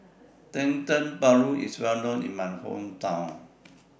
Dendeng Paru IS Well known in My Hometown